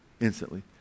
instantly